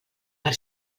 per